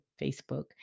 Facebook